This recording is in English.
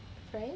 french